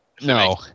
No